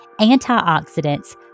antioxidants